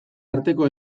arteko